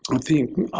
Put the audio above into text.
um think,